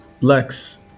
Lex